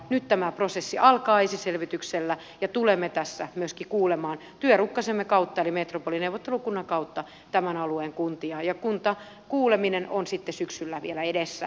nyt tämä prosessi alkaa esiselvityksellä ja tulemme tässä myöskin kuulemaan työrukkasemme kautta eli metropolineuvottelukunnan kautta tämän alueen kuntia ja kuntakuuleminen on sitten syksyllä vielä edessä